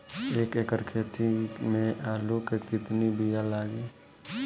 एक एकड़ खेती में आलू के कितनी विया लागी?